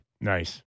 Nice